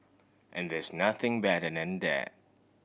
and there's nothing better than that